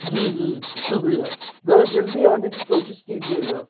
جی جی شکریہ ذرا جلدی آنے کی کوشش کیجیے گا